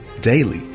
Daily